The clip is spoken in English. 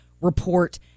report